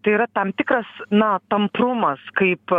tai yra tam tikras na tamprumas kaip